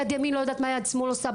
יד ימין, לא יודעת מה יד שמאל עושה.